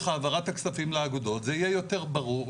העברת הכספים לאגודות זה יהיה יותר ברור,